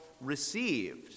received